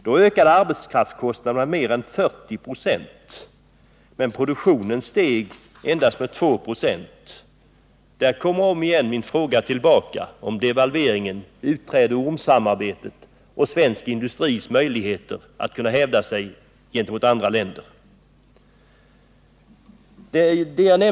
Då ökade arbetskraftskostnaderna med mer än 40 ?6, men produktionen steg med endast 2 ?,. Här kommer återigen min fråga tillbaka om devalveringen, utträdet ur ormsamarbetet och svensk industris möjligheter att hävda sig gentemot andra länder.